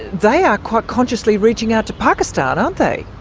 they are quite consciously reaching out to pakistan, aren't they?